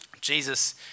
Jesus